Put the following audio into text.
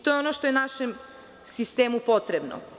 To je ono što je našem sistemu potrebno.